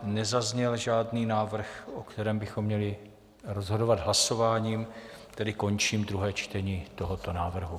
Nezazněl žádný návrh, o kterém bychom měli rozhodovat hlasováním, tedy končím druhé čtení tohoto návrhu.